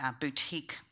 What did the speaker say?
boutique